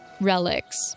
relics